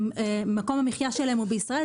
מקום המחייה שלהם הוא בישראל.